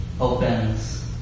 opens